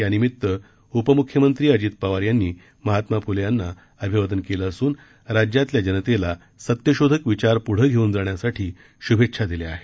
यानिमित्त उपम्ख्यमंत्री अजित पवार यांनी महात्मा फुले यांना अभिवादन केलं असून राज्यातील जनतेला सत्यशोधक विचार पुष्टे घेऊन जाण्यासाठी श्भेच्छा दिल्या आहेत